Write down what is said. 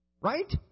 Right